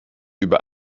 über